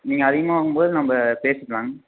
நீங்கள் அதிகமாக வாங்கும் போது நம்ம பேசிக்கலாங்